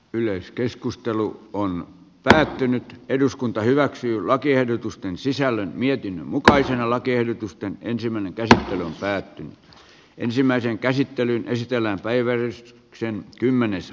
yleiskeskustelu on päättynyt eduskunta hyväksyy lakiehdotusten sisällön mietin mukaisia lakiehdotusta ensimmäinen kerta oli päättynyt ensimmäiseen käsittelyyn yliopistojen ja ammattikorkeakoulujen kanssa